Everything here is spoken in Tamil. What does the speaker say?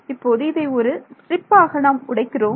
இப்போது இதை ஒரு ஸ்ட்ரிப் ஆக நாம் உடைக்கிறோம்